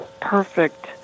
perfect